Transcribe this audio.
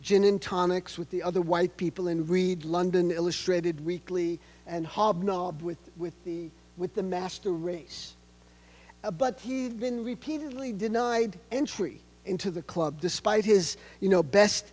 gin and tonics with the other white people and read london illustrated weekly and hobnob with the with the with the master race but he's been repeatedly denied entry into the club despite his you know best